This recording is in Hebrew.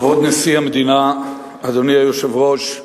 כבוד נשיא המדינה, אדוני היושב-ראש,